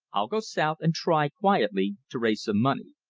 i'll go south and try, quietly, to raise some money.